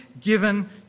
given